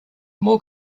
more